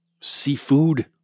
seafood